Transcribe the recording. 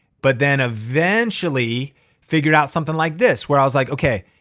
but then eventually figured out something like this where i was like, okay,